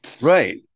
Right